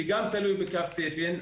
שהוא גם תלוי בקו תפן,